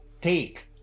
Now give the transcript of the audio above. take